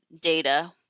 data